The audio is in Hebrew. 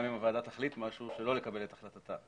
גם אם הוועדה תחליט משהו, שלא לקבל את החלטתה.